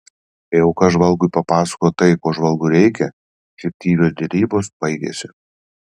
kai auka žvalgui papasakoja tai ko žvalgui reikia fiktyvios derybos baigiasi